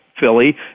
Philly